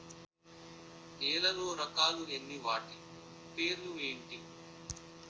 నేలలో రకాలు ఎన్ని వాటి పేర్లు ఏంటి?